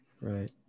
right